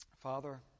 Father